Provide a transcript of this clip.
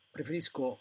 Preferisco